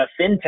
fintech